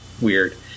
weird